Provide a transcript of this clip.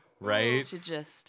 Right